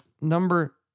number